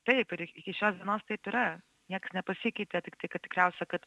taip ir iki šios dienos taip yra nieks nepasikeitė tik tik kad tikriausia kad